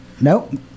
Nope